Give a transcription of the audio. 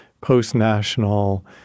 post-national